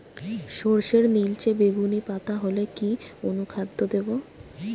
সরর্ষের নিলচে বেগুনি পাতা হলে কি অনুখাদ্য দেবো?